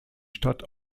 stadt